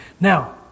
Now